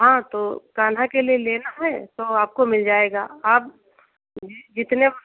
हाँ तो कान्हा के लिए लेना है तो आपको मिल जाएगा आप यह जितने